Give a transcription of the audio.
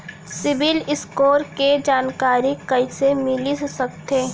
CIBIL score के जानकारी कइसे मिलिस सकथे?